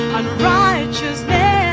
unrighteousness